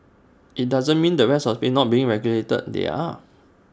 IT doesn't mean the rest of the space not being regulated they are